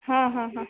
हां हां हां